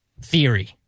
theory